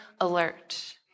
alert